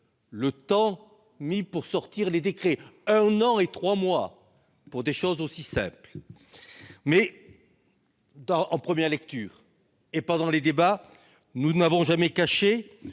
le temps mis pour sortir les décrets : un an et trois mois, pour des choses aussi simples ! Mais, durant les débats, nous n'avons jamais caché